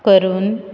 करून